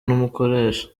n’umukoresha